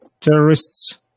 terrorists